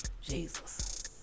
Jesus